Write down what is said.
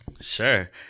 Sure